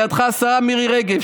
לידך השרה מירי רגב,